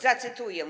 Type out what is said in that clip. Zacytuję.